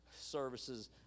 services